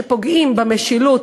שפוגעים במשילות,